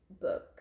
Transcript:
book